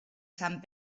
sant